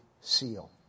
seal